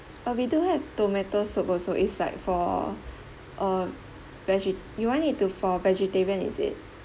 uh we do have tomato soup also it's like for a vege~ you want it to for vegetarian is it